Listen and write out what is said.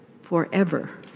forever